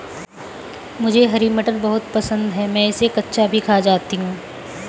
मुझे हरी मटर बहुत पसंद है मैं इसे कच्चा भी खा जाती हूं